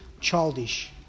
childish